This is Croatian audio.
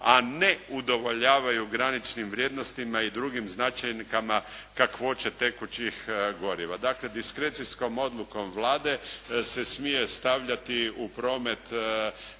a ne udovoljavaju graničnim vrijednostima i drugim značajkama kakvoće tekućih goriva. Dakle, diskrecijskom odlukom Vlade se smije stavljati u promet